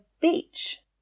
beach